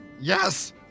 Yes